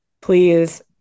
please